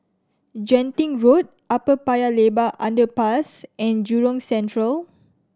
Genting Road Upper Paya Lebar Underpass and Jurong Central